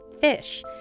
fish